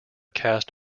cast